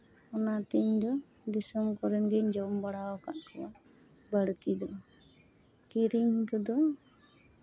ᱚᱱᱟᱛᱮ ᱤᱧ ᱫᱚ ᱫᱤᱥᱚᱢ ᱠᱚᱨᱮᱱ ᱜᱤᱧ ᱡᱚᱢ ᱵᱟᱲᱟ ᱟᱠᱟᱫ ᱠᱚᱣᱟ ᱵᱟᱹᱲᱛᱤ ᱫᱚ ᱠᱤᱨᱤᱧ ᱠᱚᱫᱚ